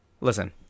Listen